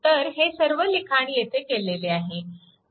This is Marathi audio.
तर हे सर्व लिखाण येथे केलेले आहे